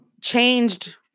changed